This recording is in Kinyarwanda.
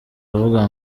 avuga